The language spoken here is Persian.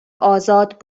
آزاد